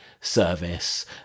service